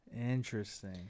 Interesting